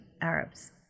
Arabs